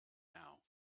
now